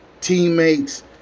teammates